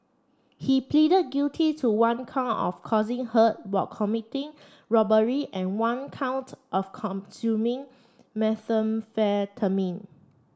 he pleaded guilty to one count of causing hurt while committing robbery and one count of consuming methamphetamine